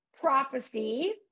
prophecy